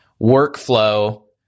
workflow